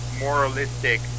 moralistic